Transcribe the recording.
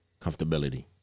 Comfortability